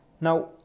now